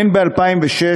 הן ב-2006,